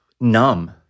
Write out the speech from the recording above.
Numb